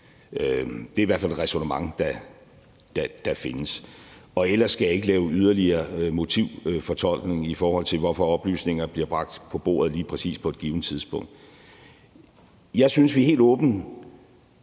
Det er i hvert fald et ræsonnement, der findes. Og ellers skal jeg ikke lave yderligere motivfortolkning, i forhold til hvorfor oplysninger bliver bragt på bordet lige præcis på et givent tidspunkt. Jeg synes, at vi helt åbent